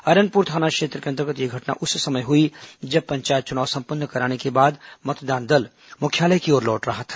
अरनपुर थाना क्षेत्र के अंतर्गत यह घटना उस समय हुई जब पंचायत चुनाव संपन्न कराने के बाद मतदान दल मुख्यालय की ओर लौट रहा था